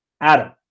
Adam